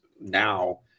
now